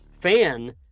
fan